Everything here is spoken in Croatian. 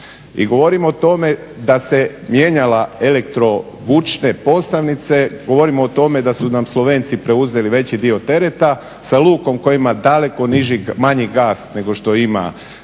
I govorim o tome da se mijenjalo elektro vučne postavnice, govorim o tome da su nam Slovenci preuzeli veći dio tereta sa lukom koja ima daleko manji gas nego što ima